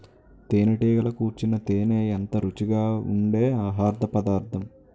తేనెటీగలు కూర్చిన తేనే ఎంతో రుచిగా ఉండె ఆహారపదార్థం